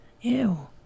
Ew